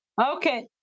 Okay